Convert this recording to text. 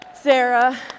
Sarah